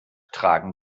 tragen